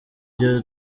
ryo